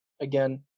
again